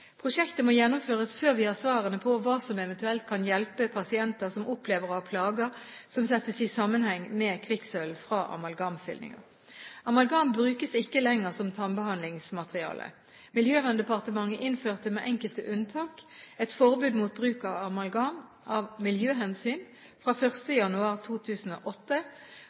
Prosjektet må gjennomføres før vi har svarene på hva som eventuelt kan hjelpe pasienter som opplever å ha plager som settes i sammenheng med kvikksølv fra amalgamfyllinger. Amalgam brukes ikke lenger som tannbehandlingsmateriale. Miljøverndepartementet innførte, med enkelte unntak, et forbud mot bruk av amalgam av miljøhensyn fra 1. januar 2008.